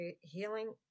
healing